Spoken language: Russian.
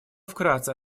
вкратце